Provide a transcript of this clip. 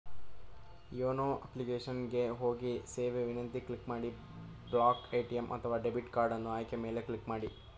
YONO application ಗೆ ಹೋಗಿ ಸೇವಾ ವಿನಂತಿ ಕ್ಲಿಕ್ ಮಾಡಿ ಬ್ಲಾಕ್ ಎ.ಟಿ.ಎಂ ಅಥವಾ ಡೆಬಿಟ್ ಕಾರ್ಡನ್ನು ಆಯ್ಕೆಯ ಮೇಲೆ ಕ್ಲಿಕ್ ಮಾಡಿ